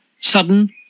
Sudden